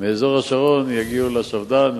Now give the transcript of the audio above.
מאזור השרון יגיעו לשפד"ן,